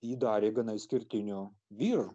jį darė gana išskirtiniu vyru